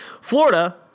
Florida